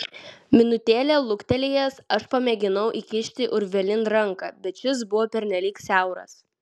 minutėlę luktelėjęs aš pamėginau įkišti urvelin ranką bet šis buvo pernelyg siauras